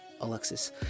Alexis